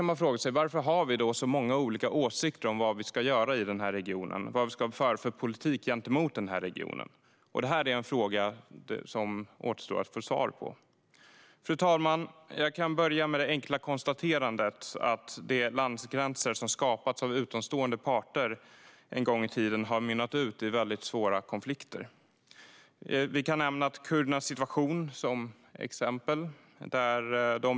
Men varför har vi då så många olika åsikter om vad vi ska göra i regionen och vilken politik som ska föras gentemot regionen? Det är en fråga som återstår att få svar på. Fru talman! Jag kan börja med det enkla konstaterandet att de landsgränser som en gång i tiden skapats av utomstående parter har mynnat ut i svåra konflikter. Vi kan nämna kurdernas situation som ett exempel.